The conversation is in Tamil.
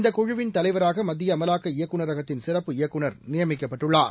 இந்தக் தலைவராகமத்தியஅமலாக்க இயக்குநரகத்தின் சிறப்பு இயக்குநர் குழுவின் நியமிக்கப்பட்டுள்ளார்